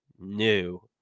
new